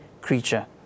creature